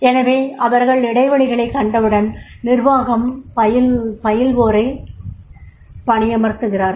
எனவே அவர்கள் இடைவெளிகளைக் கண்டவுடன் நிர்வாகம் பயில்வோரை பணியமர்த்துகிறார்கள்